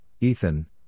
Ethan